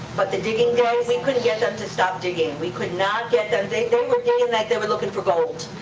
but the digging day, we couldn't get them to stop digging. we could not get them. they they were digging like they were lookin' for gold.